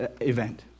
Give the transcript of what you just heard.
event